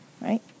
right